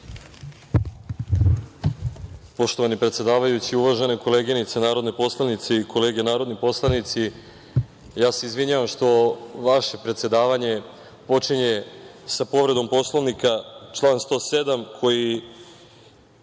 Poštovani predsedavajući, uvažene koleginice narodne poslanice i kolege narodni poslanici, ja se izvinjavam što vaše predsedavanje počinje sa povredom Poslovnika, član 107. koji